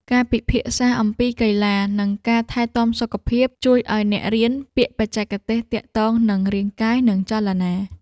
ការពិភាក្សាអំពីកីឡា និងការថែទាំសុខភាព ជួយឱ្យអ្នករៀនពាក្យបច្ចេកទេសទាក់ទងនឹងរាងកាយ និងចលនា។